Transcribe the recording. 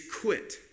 quit